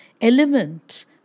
element